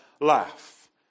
laugh